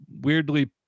weirdly